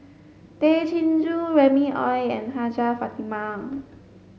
Tay Chin Joo Remy Ong and Hajjah Fatimah